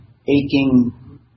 aching